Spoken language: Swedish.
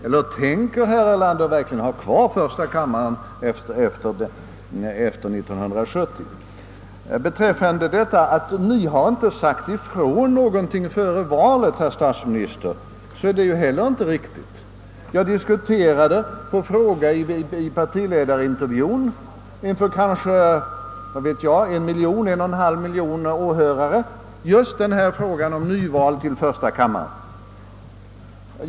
Eller tänker herr Erlander verkligen ha kvar första kammaren efter 1970? Beträffande påståendet att vi inte skulle ha sagt ifrån före valet, herr statsminister, är inte heller det riktigt. Vid partiledarintervjun inför 1 å 1,5 miljon åhörare diskuterade jag just frågan om nyval till första kammaren.